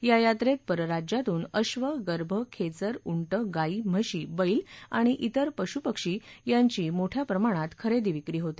या यात्रेत परराज्यातून अश्व गर्भ खेचर ऊंट गायी म्हशी बल्तिआणि इतर पश् पक्षी यांची मोठ्या प्रमाणात खरेदी विक्री होते